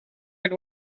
had